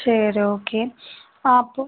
சரி ஓகே அப்போ